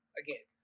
again